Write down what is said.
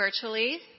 virtually